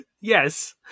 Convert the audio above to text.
yes